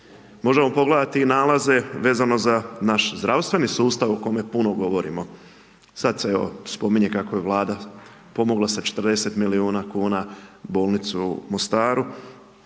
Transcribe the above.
Možemo pogledati i nalaze vezano za naš zdravstveni sustav o kome puno govorimo. Sad se evo spominje kako je Vlada sa 40 milijuna kn bolnicu u Mostaru,